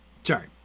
Sorry